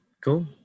Cool